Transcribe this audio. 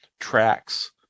tracks